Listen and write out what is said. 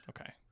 okay